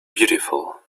beautiful